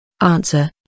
Answer